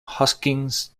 hoskins